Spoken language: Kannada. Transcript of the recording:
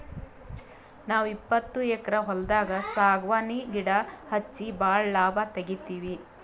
ನಾವ್ ಇಪ್ಪತ್ತು ಎಕ್ಕರ್ ಹೊಲ್ದಾಗ್ ಸಾಗವಾನಿ ಗಿಡಾ ಹಚ್ಚಿ ಭಾಳ್ ಲಾಭ ತೆಗಿತೀವಿ